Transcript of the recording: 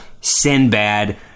Sinbad